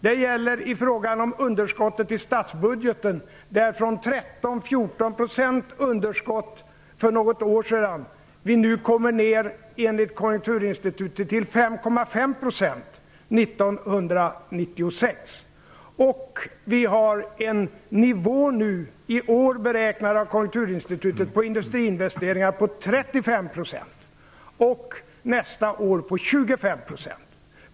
Det gäller i fråga om underskottet i statsbudgeten, där vi från ett underskott om 13-14 % för något år sedan nu enligt Konjunkturinstitutet kommer ned till 5,5 % år 1996. Vi har nu också en ökningstakt, beräknad av 35 % detta år och för nästa år om 25 %.